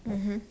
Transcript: mmhmm